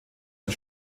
und